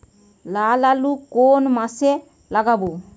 লাল আলু কোন মাসে লাগাব?